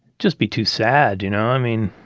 just be too sad, you know? i mean,